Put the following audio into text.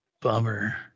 Bummer